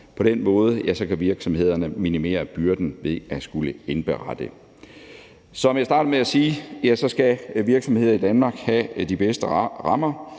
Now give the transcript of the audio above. På den måde kan virksomhederne minimere byrden ved at skulle indberette. Som jeg startede med at sige, skal virksomheder i Danmark have de bedste rammer,